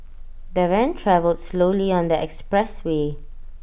the van travelled slowly on the expressway